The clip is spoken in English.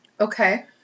Okay